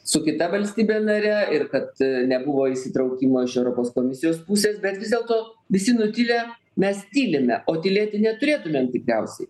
su kita valstybe nare ir kad nebuvo įsitraukimo iš europos komisijos pusės bet vis dėlto visi nutilę mes tylime o tylėti neturėtumėm tikriausiai